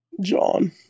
John